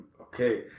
Okay